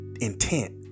intent